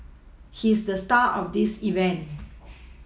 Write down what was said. he's the star of this event